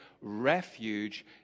refuge